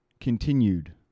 continued